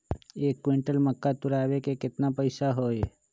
एक क्विंटल मक्का तुरावे के केतना पैसा होई?